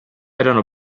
erano